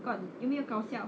got 有没有搞笑